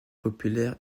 populaires